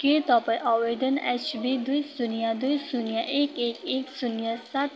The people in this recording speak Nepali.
के तपाईँ आवेदन एचबी दुई शून्य दुई शून्य एक एक एक शून्य सात